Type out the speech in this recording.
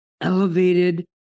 elevated